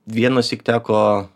vienąsyk teko